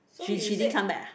she she didn't come back ah